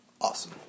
awesome